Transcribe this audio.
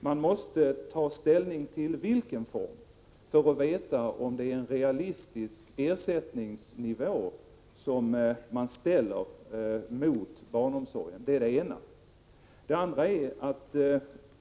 Man måste ta ställning till vilken form av vårdnadsersättning man vill ha för att veta om det skulle bli fråga om en realistisk ersättningsnivå.